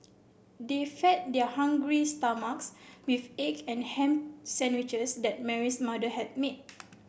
they fed their hungry stomachs with egg and ham sandwiches that Mary's mother had made